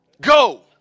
go